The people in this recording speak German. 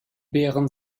beeren